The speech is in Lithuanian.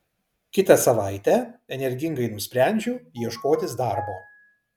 kitą savaitę energingai nusprendžiu ieškotis darbo